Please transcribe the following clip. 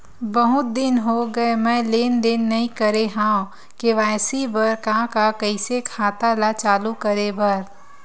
बहुत दिन हो गए मैं लेनदेन नई करे हाव के.वाई.सी बर का का कइसे खाता ला चालू करेबर?